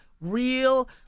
real